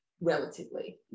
relatively